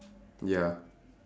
ya